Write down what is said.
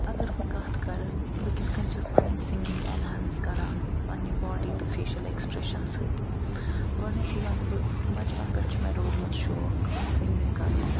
اگر بہٕ کتھ کَرٕ بہٕ کِتھ کٔنۍ چھَس پَنٕنۍ سِنٛگِنٛگ اٮ۪نہانٕس کَران پنٛنہِ باڈی تہٕ فیشَل ایٚکسپرٛیشن سۭتۍ گۄڈٕنیٚتھے وَنہٕ بہٕ بچپَن پیٚٹھ چھُ مےٚ روٗدمُت شوق سِنٛگِنٛگ کَرنُک